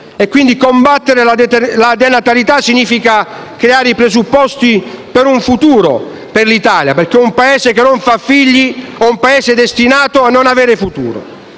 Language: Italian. Combattere la denatalità significa creare i presupposti per un futuro per l'Italia, perché un Paese che non fa figli è destinato a non avere futuro.